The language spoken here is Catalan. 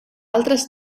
altres